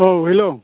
औ हेल्ल'